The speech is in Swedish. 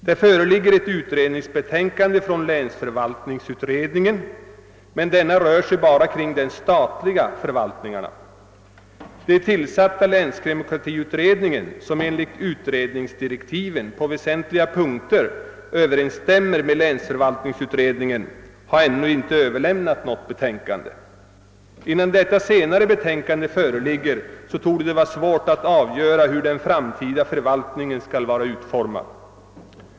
Det föreligger ett utredningsbetänkande från länsförvaltningsutredningen, men utredningen rör bara de statliga förvaltningarna. Den tillsatta länsdemokratiutredningen, som enligt utredningsdirektiven på väsentliga punkter överensstämmer med = länsförvaltningsutredningen, har ännu inte överlämnat sitt betänkande. Innan detta föreligger torde det vara svårt att avgöra hur den framtida förvaltningen skall vara utformad.